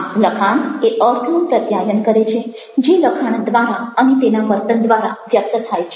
આમ લખાણ એ અર્થનું પ્રત્યાયન કરે છે જે લખાણ દ્વારા અને તેના વર્તન દ્વારા વ્યક્ત થાય છે